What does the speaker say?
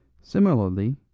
Similarly